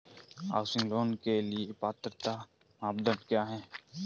Housing loan के लिए पात्रता मानदंड क्या हैं?